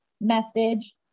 message